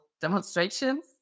demonstrations